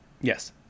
yes